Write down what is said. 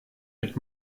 mit